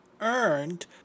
earned